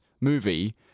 movie